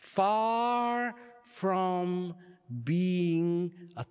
far from being a